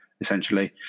essentially